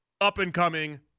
up-and-coming